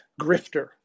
grifter